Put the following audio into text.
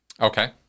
okay